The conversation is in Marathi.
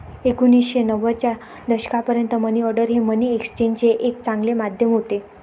एकोणीसशे नव्वदच्या दशकापर्यंत मनी ऑर्डर हे मनी एक्सचेंजचे एक चांगले माध्यम होते